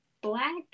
Black